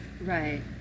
right